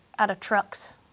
out of trucks.